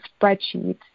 spreadsheets